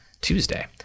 Tuesday